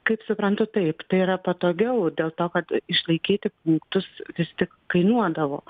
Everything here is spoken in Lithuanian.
kaip suprantu taip tai yra patogiau dėl to kad išlaikyti punktus vis tik kainuodavo